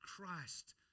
Christ